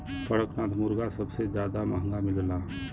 कड़कनाथ मुरगा सबसे जादा महंगा मिलला